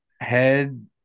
head